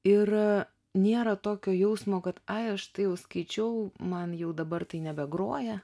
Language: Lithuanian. ir nėra tokio jausmo kad ai aš tai jau skaičiau man jau dabar tai nebegroja